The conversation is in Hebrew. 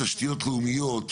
עדיין, בתשתיות לאומיות,